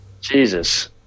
Jesus